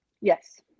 yes